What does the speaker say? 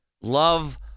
Love